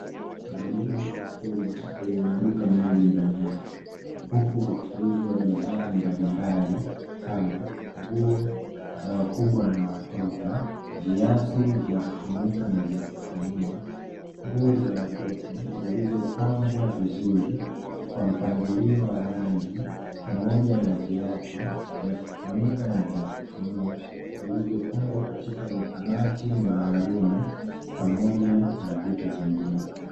Majengo makubwa yenye maduka mengi ndani yake, huku kukiuzwa bidhaa mbalimbali kama nguo za wakubwa na watoto, viatu vya kufunika na vya kufunua, nguo za watoto zilizopangwa vizuri kwa mpangilio wa rangi, pamoja na viatu vya kufunika na vya kufunua vilivyopagwa katika akabati maalumu pamoja na vitu vingine.